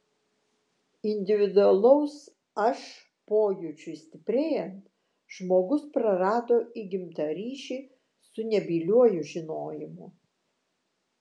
individualaus aš pojūčiui stiprėjant žmogus prarado įgimtą ryšį su nebyliuoju žinojimu